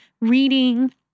reading